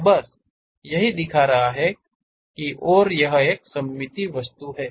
तो बस यही दिखा रहा है और यह एक सममित वस्तु है